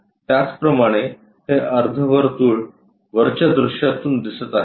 त्याचप्रमाणे हे अर्धवर्तुळ वरच्या दृश्यातून दिसत आहे